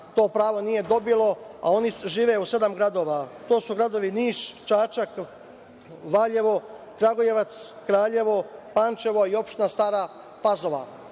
to pravo nije dobilo, a oni žive u sedam gradova. To su gradovi Niš, Čačak, Valjevo, Kragujevac, Kraljevo, Pančevo i opština Stara Pazova. Mislim